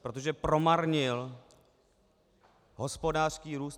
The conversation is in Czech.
Protože promarnil hospodářský růst.